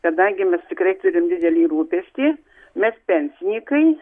kadangi mes tikrai turim didelį rūpestį mes pensininkai